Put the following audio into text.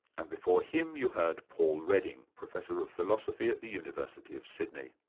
and before him you heard paul redding, professor of philosophy at the university of sydney.